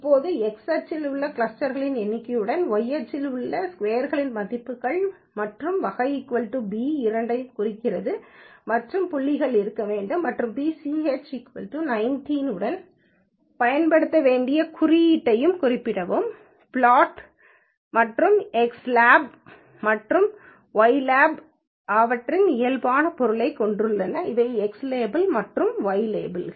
இப்போது x அச்சில் உள்ள கிளஸ்டர்க்களின் எண்ணிக்கையுடனும் y அச்சில் உள்ள ஸ்கொயர்களின் மதிப்பு மற்றும் வகை b இரண்டையும் குறிக்கிறது மற்றும் புள்ளிகள் இருக்க வேண்டும் மற்றும் pch 19 உடன் பயன்படுத்த வேண்டிய குறியீட்டைக் குறிப்பிடவும் பிளாட் மற்றும் எக்ஸ் lab மற்றும் ஒய் lab அவற்றின் இயல்பான பொருளைக் கொண்டுள்ளன அவை x லேபிள் மற்றும் y லேபிள்